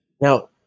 Now